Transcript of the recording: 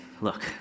look